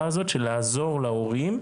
שזהבה העלתה הוא נושא החינוך המיוחד.